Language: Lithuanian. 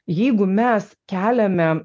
jeigu mes keliame